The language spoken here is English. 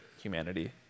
humanity